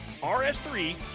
RS3